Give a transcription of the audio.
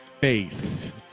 face